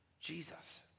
Jesus